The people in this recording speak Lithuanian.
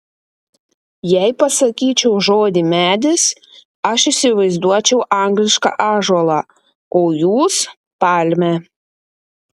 jei pasakyčiau žodį medis aš įsivaizduočiau anglišką ąžuolą o jūs palmę